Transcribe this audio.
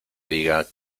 diga